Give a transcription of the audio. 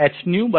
तो है